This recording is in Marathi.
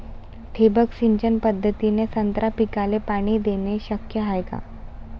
ठिबक सिंचन पद्धतीने संत्रा पिकाले पाणी देणे शक्य हाये का?